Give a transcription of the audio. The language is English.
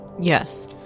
Yes